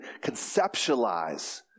conceptualize